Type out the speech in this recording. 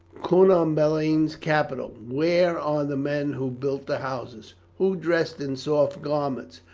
cunobeline's capital. where are the men who built the houses, who dressed in soft garments,